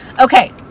Okay